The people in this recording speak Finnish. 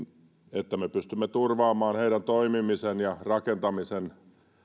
jotta me pystymme turvaamaan heidän toimimisensa ja rakentamisensa